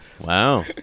Wow